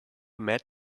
met